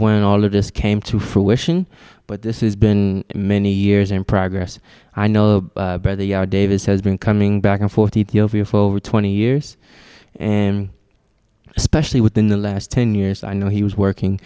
when all of this came to fruition but this is been many years in progress i know where they are davis has been coming back and forth ethiopia for over twenty years and especially within the last ten years i know he was working